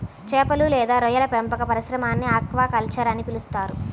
చేపలు లేదా రొయ్యల పెంపక పరిశ్రమని ఆక్వాకల్చర్ అని పిలుస్తారు